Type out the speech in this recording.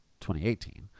2018